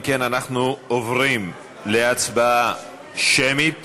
אם כן, אנחנו עוברים להצבעה שמית